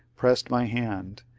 pressed my hand,